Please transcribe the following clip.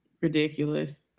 Ridiculous